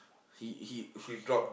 he he